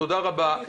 תודה רבה.